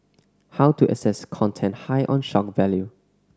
how to assess content high on shock value